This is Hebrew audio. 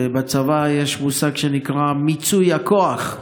בצבא יש מושג שנקרא "מיצוי הכוח".